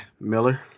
Miller